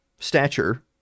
stature